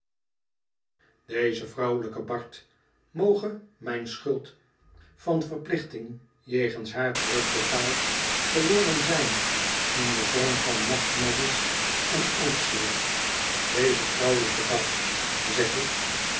deze vrouwelijke bard moge mijn schuld van verplichting jegens haar terugbetaald geworden zijn in den vorm van nachtmerries en angstzweet deze vrouwelijke bard zeg ik